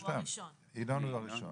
ינון הוא הראשון,